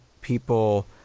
people